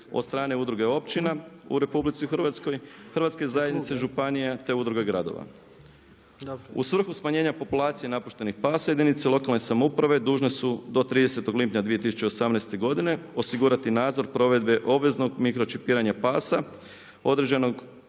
od strane Udruga općina u RH, Hrvatske zajednice županija te Udruge gradova. U svrhu smanjenja populacije napuštenih pasa jedinice lokalne samouprave dužne su do 30. lipnja 2018. godine osigurati nadzor provedbe obveznog mikročipiranja pasa određenog